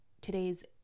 today's